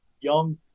young